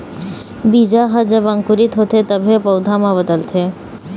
बीजा ह जब अंकुरित होथे तभे पउधा म बदलथे